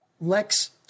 Lex